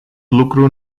lucru